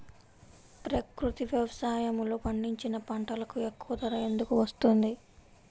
ప్రకృతి వ్యవసాయములో పండించిన పంటలకు ఎక్కువ ధర ఎందుకు వస్తుంది?